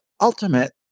ultimate